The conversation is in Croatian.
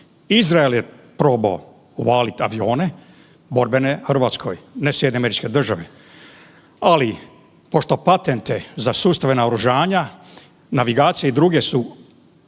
Izrael je probao uvaliti avione borbene Hrvatskoj ne SAD, ali pošto patente za sustave naoružanja, navigacije i druge su